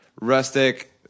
rustic